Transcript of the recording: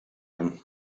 him